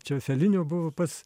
čia felinio buvo pats